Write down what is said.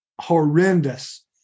horrendous